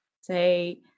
say